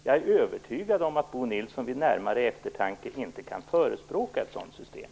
Jag är övertygad om att Bo Nilsson vid närmare eftertanke inte kan förespråka ett sådant system.